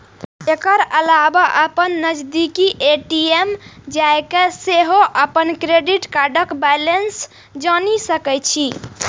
एकर अलावा अपन नजदीकी ए.टी.एम जाके सेहो अपन क्रेडिट कार्डक बैलेंस जानि सकै छी